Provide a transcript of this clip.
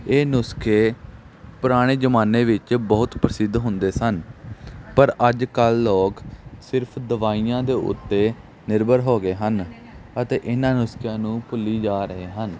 ਇਹ ਨੁਸਖੇ ਪੁਰਾਣੇ ਜ਼ਮਾਨੇ ਵਿੱਚ ਬਹੁਤ ਪ੍ਰਸਿੱਧ ਹੁੰਦੇ ਸਨ ਪਰ ਅੱਜ ਕੱਲ੍ਹ ਲੋਕ ਸਿਰਫ਼ ਦਵਾਈਆਂ ਦੇ ਉੱਤੇ ਨਿਰਭਰ ਹੋ ਗਏ ਹਨ ਅਤੇ ਇਹਨਾਂ ਨੁਸਖਿਆਂ ਨੂੰ ਭੁੱਲੀ ਜਾ ਰਹੇ ਹਨ